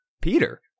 Peter